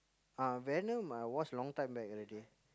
ah venom I watch long time back already